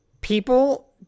people